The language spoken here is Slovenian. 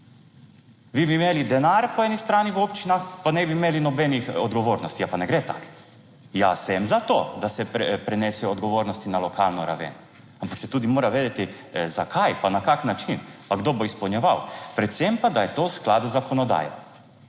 Vi bi imeli denar po eni strani, v občinah pa ne bi imeli nobenih odgovornosti, pa ne gre tako. Jaz sem za to, da se prenesejo odgovornosti na lokalno raven, ampak se tudi mora vedeti zakaj pa na kak način pa kdo bo izpolnjeval. Predvsem pa, da je to v skladu z zakonodajo.